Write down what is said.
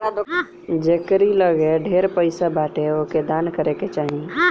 जेकरी लगे ढेर पईसा बाटे ओके दान करे के चाही